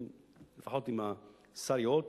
לפחות אם השר ייאות,